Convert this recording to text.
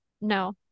No